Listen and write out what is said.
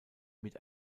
mit